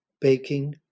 baking